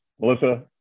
Melissa